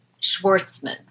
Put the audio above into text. Schwartzman